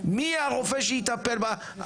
מי הרופא שיטפל בה?